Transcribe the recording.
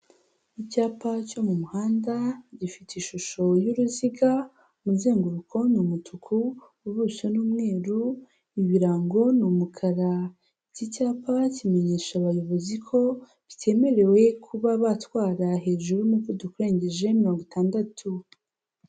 Icyapa cyo mu muhanda gifite ishusho y'uruziga, umuzenguruko ni umutuku, ubuso ni umweru, ibirango ni umukara, icyi icyapa kimenyesha abayobozi ko bitemerewe kuba batwara hejuru y'umuvuduko urengeje mirongo itandatu.